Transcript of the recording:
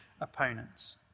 opponents